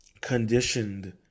conditioned